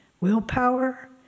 willpower